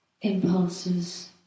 impulses